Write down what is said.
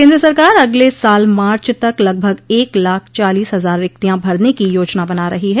केन्द्र सरकार अगले साल मार्च तक लगभग एक लाख चालीस हजार रिक्तियां भरने की योजना बना रही हैं